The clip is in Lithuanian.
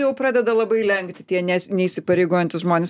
jau pradeda labai lenkti tie nes neįsipareigojantys žmonės